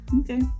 okay